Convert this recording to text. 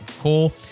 cool